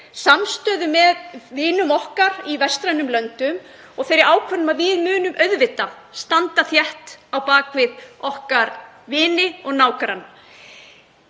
samstöðu með vinum okkar í vestrænum löndum og þeirri ákvörðun að við munum auðvitað standa þétt á bak við okkar vini og nágranna.